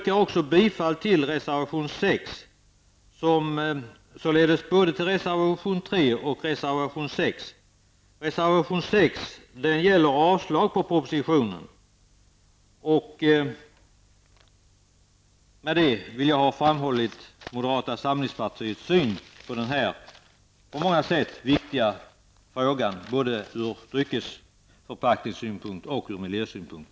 Jag yrkar bifall till både reservation 3 och reservation 6. Reservation 6 gäller avslag på propositionen. Med detta har jag framfört moderata samlingspartiets syn på denna på många sätt viktiga fråga, både ur drycksförpackningssynpunkt och ur miljösynpunkt.